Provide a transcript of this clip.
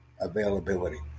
availability